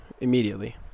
immediately